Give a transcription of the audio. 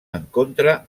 encontre